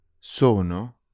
Sono